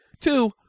Two